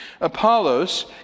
Apollos